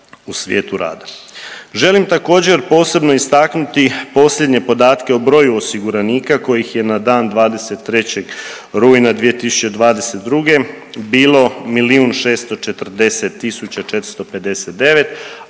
u svijetu rada. Želim također posebno istaknuti posljednje podatke o broju osiguranika kojih je na dan 23. rujna 2022. bilo milijun